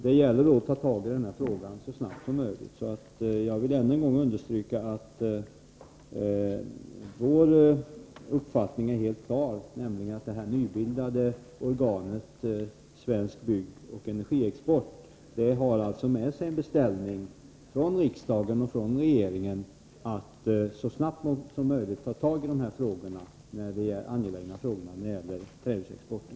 Det gäller att ta itu med frågorna så snabbt som möjligt. Jag vill ännu en gång understryka att vår uppfattning är helt klar. Det nybildade organet Svensk byggoch energiexport har fått en beställning från riksdag och regering att så snabbt som möjligt ta itu med de angelägna frågor som rör trähusexporten.